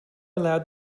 allowed